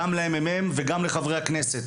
גם לממ"מ וגם לחברי הכנסת.